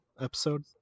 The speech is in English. episode